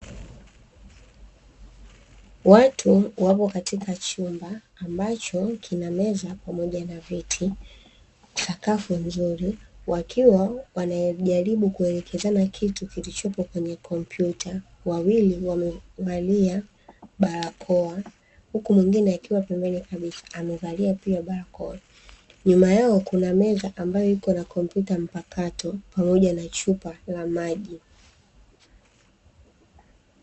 Watu wapo katika chumba ambacho kina meza pamoja na viti, sakafu nzuri; wakiwa wanajaribu kuelekezana kitu kilichopo kwenye kompyuta. Wawili wamevalia barakoa huku mwingine akiwa pembeni kabisa amevalia pia barakoa, nyuma yao kuna meza ambayo iko na kompyuta mpakato pamoja na chupa la maji.